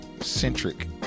centric